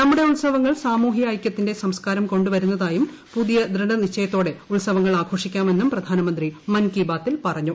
നമ്മുടെ ഉത്സവങ്ങൾ സാമൂഹ്യഐകൃത്തിന്റെ സംസ്കാരം കൊണ്ടുവരുന്നതായും പുതിയ ദൃഢനിശ്ചയങ്ങളോടെ ഉത്സവങ്ങൾ ആഘോഷിക്കാമെന്നും പ്രധാനമന്ത്രി മൻ കീ ബാത്തിൽ പറഞ്ഞു